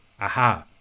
Aha